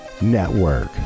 network